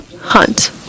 hunt